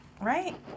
right